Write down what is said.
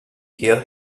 hear